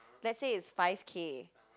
let's say it's five-K